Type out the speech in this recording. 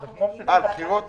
אנחנו מגיעים לוועדת הכספים.